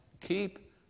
keep